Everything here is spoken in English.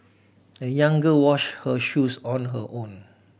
the young girl wash her shoes on her own